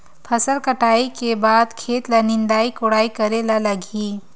फसल कटाई के बाद खेत ल निंदाई कोडाई करेला लगही?